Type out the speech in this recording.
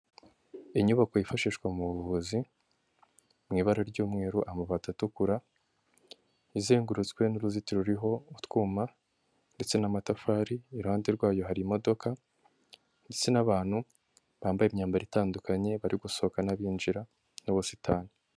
Inyubako yifashishwa mu buvuzi mu ibara ry'umweru amabati atukura, izengurutswe n'uruzitiro ruriho utwuma ndetse n'amatafari, iruhande rwayo hari imodoka ndetse n'abantu bambaye imyambaro itandukanye bari gusohokana binjira mu busitani.